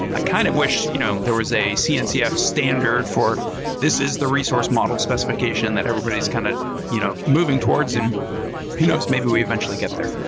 i kind of wish you know there was a cncf standard for this is the resource model specification that everybody's kind of you know moving towards. and who knows? maybe we eventually get there.